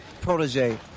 protege